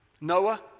Noah